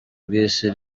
bw’isi